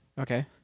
okay